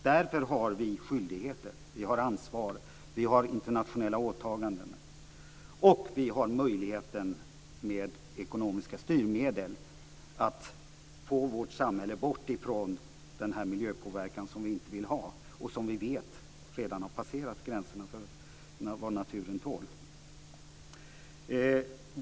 Därför har vi skyldigheter, vi har ansvar och internationella åtaganden, och vi har möjligheten att med ekonomiska styrmedel få vårt samhälle bort ifrån den miljöpåverkan som vi inte vill ha och som vi vet redan har passerat gränserna för vad naturen tål.